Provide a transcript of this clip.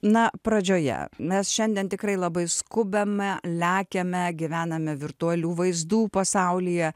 na pradžioje mes šiandien tikrai labai skubame lekiame gyvename virtualių vaizdų pasaulyje